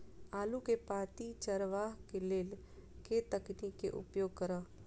आलु केँ पांति चरावह केँ लेल केँ तकनीक केँ उपयोग करऽ?